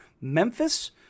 Memphis